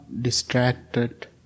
distracted